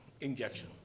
injection